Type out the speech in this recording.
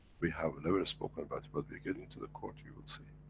we have never spoken about it, but we get into the court, you will see.